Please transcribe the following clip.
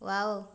wow